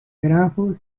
grafo